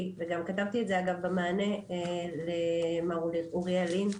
וגם כתבתי את זה במענה למר אוריאל לין,